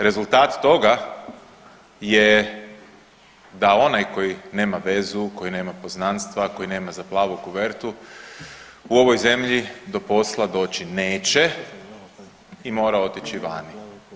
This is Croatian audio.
Rezultat toga je da onaj koji nema vezu, koji nema poznanstva, koji nema za plavu kovertu u ovoj zemlji do posla doći neće i mora otići vani.